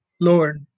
Lord